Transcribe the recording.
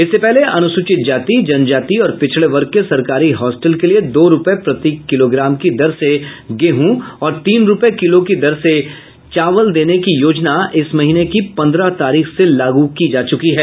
इससे पहले अनुसूचित जाति जनजाति और पिछड़े वर्ग के सरकारी हॉस्टल के लिए दो रूपये प्रति किलोग्राम की दर से गेहूँ और तीन रूपये किलो की दर से चावल देने की योजना इस महीने की पन्द्रह तारीख से लागू की जा चुकी है